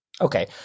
Okay